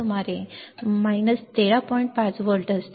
5 volt असते